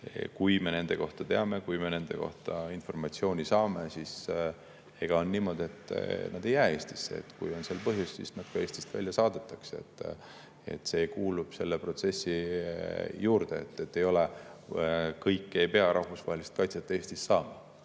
Kui me seda nende kohta teame ja kui me nende kohta sellist informatsiooni saame, siis on niimoodi, et nad ei jää Eestisse. Kui on põhjust, siis nad ka Eestist välja saadetakse. See kuulub selle protsessi juurde. Kõik ei pea rahvusvahelist kaitset Eestis saama.